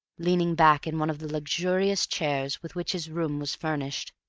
leaning back in one of the luxurious chairs with which his room was furnished.